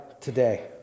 today